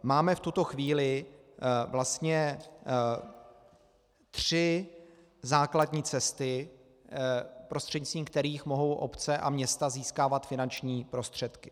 Máme v tuto chvíli vlastně tři základní cesty, prostřednictvím kterých mohou obce a města získávat finanční prostředky.